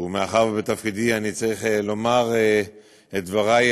ומאחר שבתפקידי אני צריך לומר את דברי,